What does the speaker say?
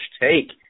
take